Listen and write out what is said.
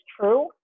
true